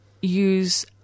use